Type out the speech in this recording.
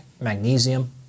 magnesium